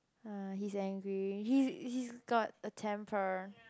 ah he's angry he he's got a temper